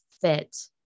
fit